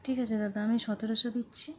ঠিক আছে দাদা আমি সতেরোশো দিচ্ছি